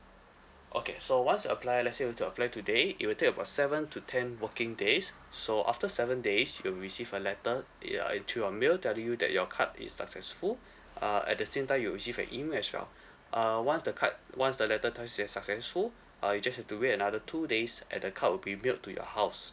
okay so once you apply let say you want to apply today it will take about seven to ten working days so after seven days you will receive a letter in uh in to your mail telling you that your card is successful uh at the same time you will receive an email as well uh once the card once the letter tell you it has successful uh you just have to wait another two days and the card will be mailed to your house